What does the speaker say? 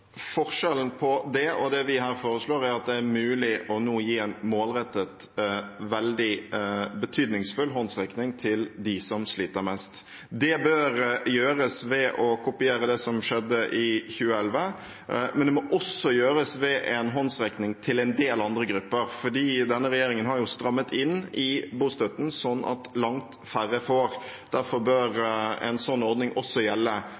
Forskjellen på det og det vi her foreslår, er at det er mulig nå å gi en målrettet veldig betydningsfull håndsrekning til dem som sliter mest. Det bør gjøres ved å kopiere det som skjedde i 2011, men det må også gjøres ved en håndsrekning til en del andre grupper. For denne regjeringen har jo strammet inn i bostøtten slik at langt færre får. Derfor bør en sånn ordning også gjelde